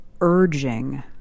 urging